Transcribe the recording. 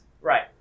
Right